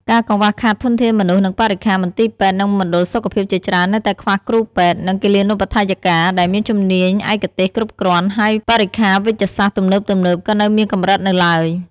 ការកង្វះខាតធនធានមនុស្ស និងបរិក្ខារ មន្ទីរពេទ្យ និងមណ្ឌលសុខភាពជាច្រើននៅតែខ្វះគ្រូពេទ្យ និងគិលានុបដ្ឋាយិកាដែលមានជំនាញឯកទេសគ្រប់គ្រាន់ ហើយបរិក្ខារវេជ្ជសាស្ត្រទំនើបៗក៏នៅមានកម្រិតនៅឡើយ។